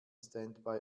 standby